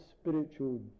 spiritual